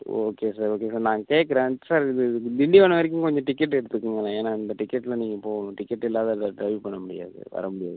okay sir okay sir நான் கேட்குறேன் sir இது திண்டிவனம் வரைக்கும் கொஞ்சம் டிக்கெட் எடுத்துக்குங்களேன் ஏன்னால் இந்த டிக்கெட்டில் நீங்கள் போகணும் டிக்கெட் இல்லாது அதில் டிரைவ் பண்ண முடியாது வர முடியாது